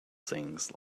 things